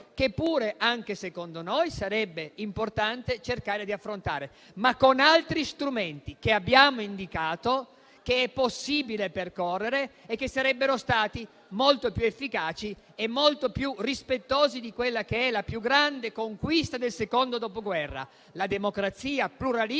che pure anche secondo noi sarebbe importante cercare di affrontare, ma con altri strumenti che abbiamo indicato, che è possibile percorrere e che sarebbero stati molto più efficaci e molto più rispettosi di quella che è la più grande conquista del secondo dopoguerra, ossia la democrazia pluralista